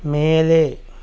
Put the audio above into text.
மேலே